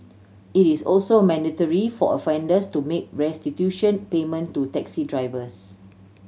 it is also mandatory for offenders to make restitution payment to taxi drivers